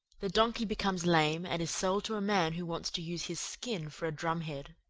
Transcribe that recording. the donkey becomes lame and is sold to a man who wants to use his skin for a drumhead.